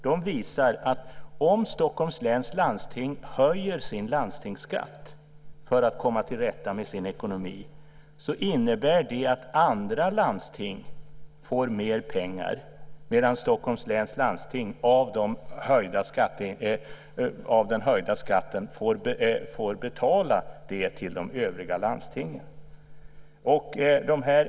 De visar att om Stockholms läns landsting höjer sin landstingsskatt för att komma till rätta med sin ekonomi så innebär det att andra landsting får mer pengar medan Stockholms läns landsting av den höjda skatten får betala det till de övriga landstingen.